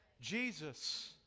Jesus